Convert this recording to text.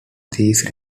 these